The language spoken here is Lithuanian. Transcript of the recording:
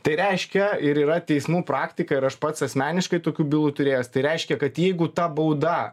tai reiškia ir yra teismų praktika ir aš pats asmeniškai tokių bylų turėjęs tai reiškia kad jeigu ta bauda